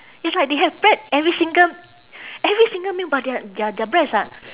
it's like they have bread every single every single meal but their their their breads are